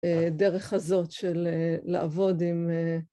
דרך הזאת של לעבוד עם...